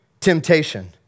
temptation